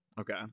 Okay